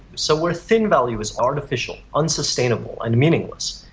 so where thin value is artificial, unsustainable and meaningless,